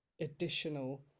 additional